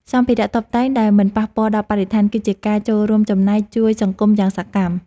សម្ភារៈតុបតែងដែលមិនប៉ះពាល់ដល់បរិស្ថានគឺជាការចូលរួមចំណែកជួយសង្គមយ៉ាងសកម្ម។